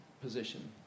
position